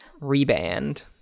Reband